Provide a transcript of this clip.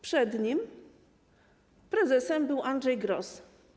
Przed nim prezesem był Andrzej Gross.